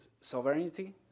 sovereignty